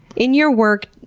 in your work